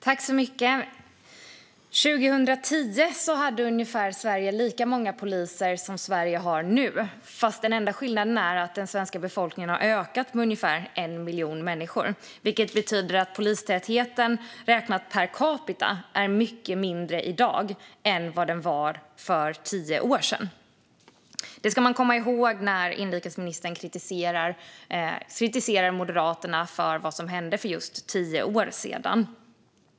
Fru talman! År 2010 hade Sverige ungefär lika många poliser som nu. Skillnaden är bara att den svenska befolkningen har ökat med ungefär 1 miljon människor, vilket betyder att polistätheten räknat per capita är mycket mindre än i dag än den var för tio år sedan. Detta ska man komma ihåg när inrikesministern kritiserar Moderaterna för vad som hände för just tio år sedan.